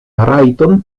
rajtojn